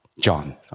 John